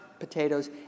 potatoes